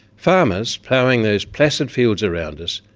farmers, ploughing those placid fields around us,